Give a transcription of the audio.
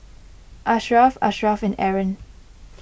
Ashraff Ashraff and Aaron